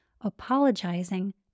apologizing